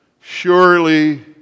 Surely